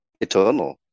eternal